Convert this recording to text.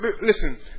listen